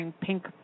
Pink